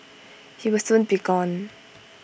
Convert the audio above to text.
he will soon be gone